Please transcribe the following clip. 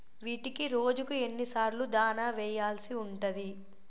వీటికి రోజుకు ఎన్ని సార్లు దాణా వెయ్యాల్సి ఉంటది?